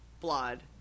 blood